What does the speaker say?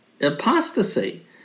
Apostasy